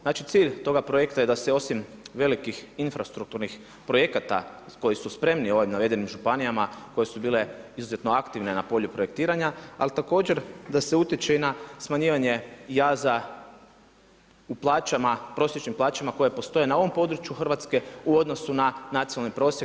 Znači, cilj toga projekta je da se osim velikih infrastrukturnih projekata koji su spremni u ovim navedenim županijama koje su bile izuzetno aktivne na polju projektiranja, ali također da se utječe i na smanjivanje jaza u plaćama prosječnim plaćama koje postoje na ovom području Hrvatske u odnosu na nacionalni prosjek.